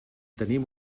tenim